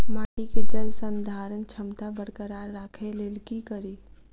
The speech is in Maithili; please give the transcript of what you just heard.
माटि केँ जलसंधारण क्षमता बरकरार राखै लेल की कड़ी?